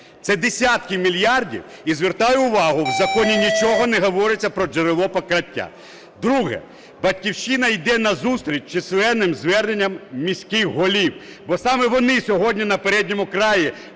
Це десятки мільярдів, і звертаю увагу, в законі нічого не говориться про джерело покриття. Друге. "Батьківщина" йде назустріч численним зверненням міських голів, бо саме вони сьогодні на передньому краї